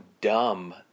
dumb